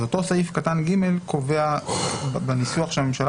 אז אותו סעיף קטן (ג) קובע בניסוח שהממשלה